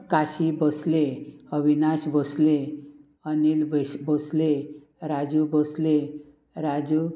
Kashi Bhonsle Avinash Bhonsle Anil Baish Bhonsle Raju Bhonsle Raju